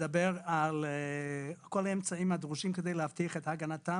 שמדבר על כל האמצעים הדרושים כדי להבטיח הגנתם